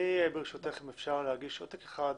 ברשותך, אם אפשר להגיש עותק אחד.